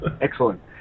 Excellent